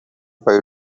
why